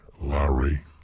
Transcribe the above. Larry